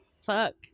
Fuck